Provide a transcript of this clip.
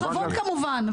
בכבוד כמובן.